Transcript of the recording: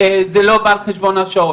ואז זה לא בא על חשבון השעות.